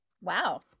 Wow